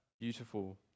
beautiful